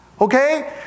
Okay